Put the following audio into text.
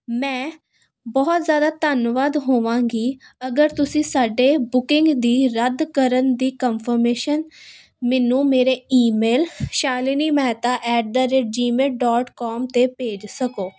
ਮੈਂ ਬਹੁਤ ਜ਼ਿਆਦਾ ਧੰਨਵਾਦ ਹੋਵਾਂਗੀ ਅਗਰ ਤੁਸੀਂ ਸਾਡੇ ਬੁਕਿੰਗ ਦੀ ਰੱਦ ਕਰਨ ਦੀ ਕਨਫਰਮੇਸ਼ਨ ਮੈਨੂੰ ਮੇਰੇ email Shalini Mehta at the rate Gmail dot com 'ਤੇ ਭੇਜ ਸਕੋ